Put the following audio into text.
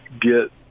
get